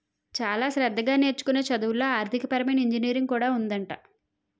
చాలా శ్రద్ధగా నేర్చుకునే చదువుల్లో ఆర్థికపరమైన ఇంజనీరింగ్ కూడా ఉందట